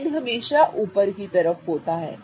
head हमेशा ऊपर होता है